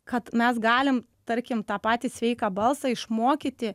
kad mes galim tarkim tą patį sveiką balsą išmokyti